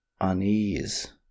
unease